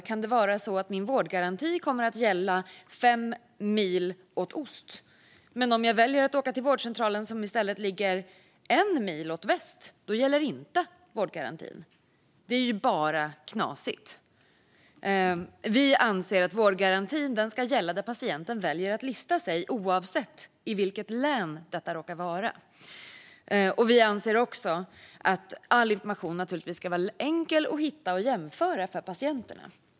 Då kan det bli så att vårdgarantin gäller om jag väljer en vårdcentral som ligger fem mil åt ost men inte om jag väljer att åka till vårdcentralen som ligger en mil åt väst. Det är ju bara knasigt. Vi anser att vårdgarantin ska gälla där patienten väljer att lista sig, oavsett i vilket län detta råkar vara. Vi anser naturligtvis också att all information ska vara enkel för patienterna att hitta och jämföra.